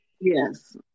Yes